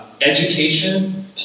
education